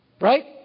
Right